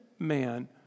Man